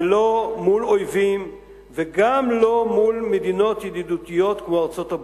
ולא מול אויבים וגם לא מול מדינות ידידותיות כמו ארצות-הברית.